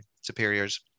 superior's